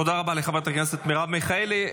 תודה רבה לחברת הכנסת מרב מיכאלי.